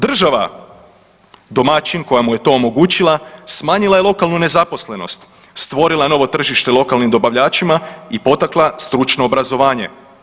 Država domaćin koja mu je to omogućila, smanjila je lokalnu nezaposlenost, stvorila novo tržište lokalnim dobavljačima i potakla stručno obrazovanje.